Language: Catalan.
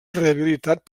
rehabilitat